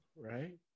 Right